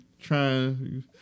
trying